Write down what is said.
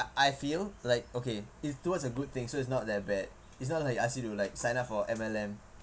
I feel like okay it's towards a good thing so it's not that bad it's not like he ask you to like sign up for M_L_M